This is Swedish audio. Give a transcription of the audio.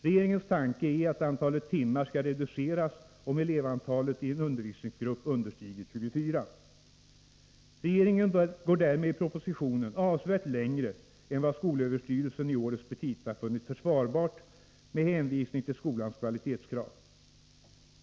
Regeringens tanke är att antalet timmar skall reduceras, om elevantalet i undervisningsgruppen understiger 24. Regeringen går därmed i propositionen avsevärt längre än vad skolöverstyrelsen i årets petita funnit försvarbart med hänvisning till skolans kvalitetskrav.